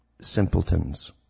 simpletons